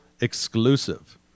exclusive